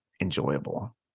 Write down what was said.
enjoyable